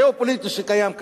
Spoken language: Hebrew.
הגיאו-פוליטי שקיים כאן.